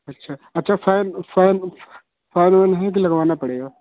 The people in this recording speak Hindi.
अच्छा अच्छा फ़ैन फ़ैन फ़ैन वैन है कि लगवाना पड़ेगा